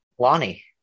Lonnie